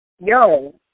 yo